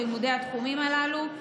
בלימודי התחומים הללו,